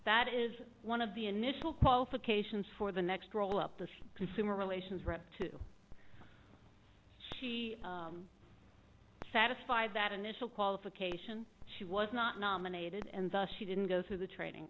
that is one of the initial qualifications for the next roll up the consumer relations rep too she satisfied that initial qualification she was not nominated and thus she didn't go through the training